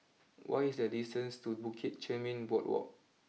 what is the distance to Bukit Chermin Boardwalk